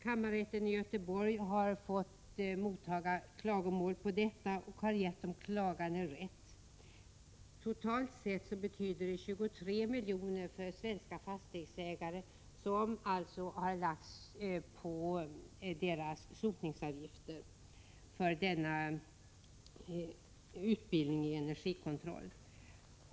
Kammarrätten i Göteborg har fått motta klagomål över detta och har gett de klagande rätt. Totalt sett har 23 000 000 kr. lagts på svenska fastighetsägare via sotningsavgiften för denna utbildning i energikontroll.